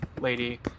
lady